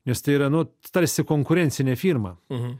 nes tai yra nu tarsi konkurencinė firma